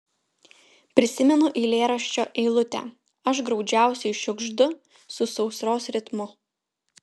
prisimenu eilėraščio eilutę aš graudžiausiai šiugždu su sausros ritmu